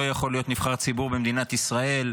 לא יכול להיות נבחר ציבור במדינת ישראל,